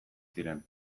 ziren